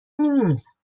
نیست